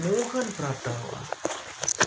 morgan prata